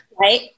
Right